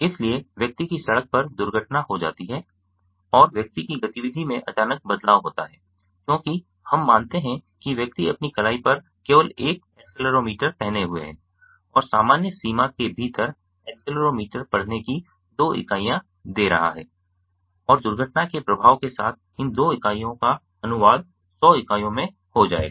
इसलिए व्यक्ति की सड़क पर एक दुर्घटना हो जाती है और व्यक्ति की गतिविधि में अचानक बदलाव होता है क्योंकि हम मानते है कि व्यक्ति अपनी कलाई पर केवल एक एक्सेलेरोमीटर पहने हुए है और सामान्य सीमा के भीतर एक्सेलेरोमीटर पढ़ने की दो इकाइयां दे रहा है और दुर्घटना के प्रभाव के साथ इन दो इकाइयों का अनुवाद 100 इकाइयों में हो जाएगा